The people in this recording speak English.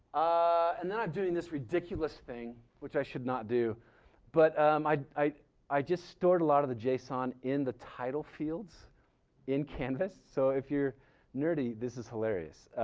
and then i'm doing this ridiculous thing which i should not do but i i just stored a lot of the json in the title fields in canvas so if you're nerdy this is hilarious.